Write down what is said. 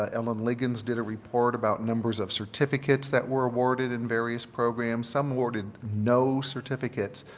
ah ellen ligons did a report about numbers of certificates that were awarded in various programs, some awarded no certificates.